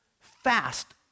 Fast